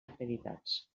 acreditats